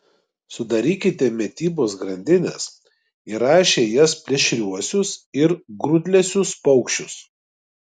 sudarykite mitybos grandines įrašę į jas plėšriuosius ir grūdlesius paukščius